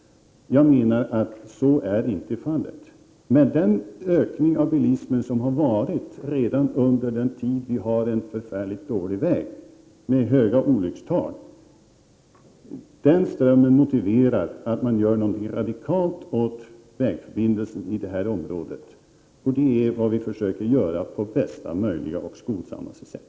Jag menar att så inte är fallet. Den ökning av bilismen som redan har skett medan vi haft en förfärligt dålig väg med höga olyckstal som följd motiverar att man gör någonting radikalt åt vägförbindelsen i detta område. Det är vad vi försöker göra på bästa möjliga och skonsammaste sätt.